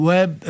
Web